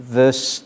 verse